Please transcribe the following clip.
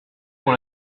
pour